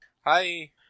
Hi